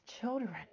children